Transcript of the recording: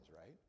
right